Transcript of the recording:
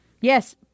Yes